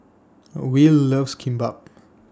Will loves Kimbap